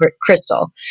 crystal